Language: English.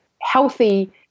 healthy